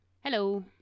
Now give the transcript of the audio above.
Hello